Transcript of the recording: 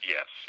Yes